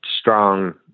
strong